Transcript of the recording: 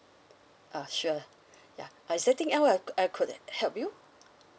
uh sure yeah uh is there anything else I I could help you